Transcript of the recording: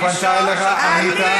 איבדתם צלם אנוש.